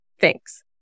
thanks